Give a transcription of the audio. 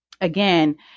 Again